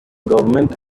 government